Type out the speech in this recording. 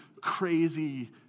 crazy